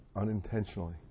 unintentionally